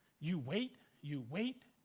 you wait, you wait,